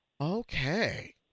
Okay